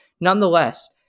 Nonetheless